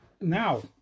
now